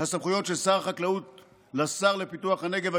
של שר החקלאות לשר לפיתוח הנגב,